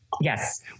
Yes